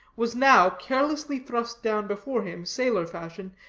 was now carelessly thrust down before him, sailor-fashion,